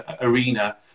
arena